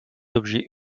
objets